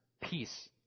peace